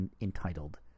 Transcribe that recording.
entitled